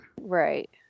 Right